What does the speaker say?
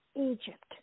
Egypt